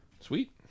Sweet